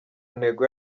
ntego